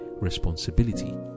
responsibility